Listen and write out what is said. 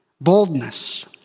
Boldness